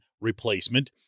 replacement